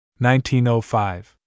1905